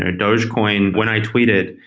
and dogecoin, when i tweet it,